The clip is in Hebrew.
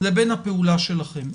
לבין הפעולה שלכם?